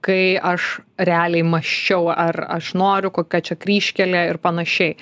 kai aš realiai mąsčiau ar aš noriu kokia čia kryžkelė ir panašiai